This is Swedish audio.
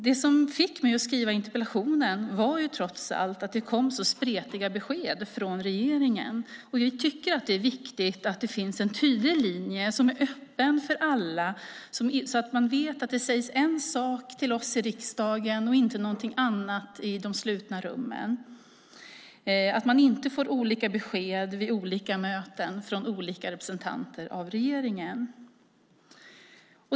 Det som fick mig att skriva interpellationen var att det kom så spretiga besked från regeringen. Vi tycker att det är viktigt att det finns en tydlig linje som är öppen för alla så att man vet att det inte sägs en sak till oss i riksdagen och någonting annat i de slutna rummen, att man inte får olika besked vid olika möten av olika representanter för regeringen.